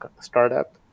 startup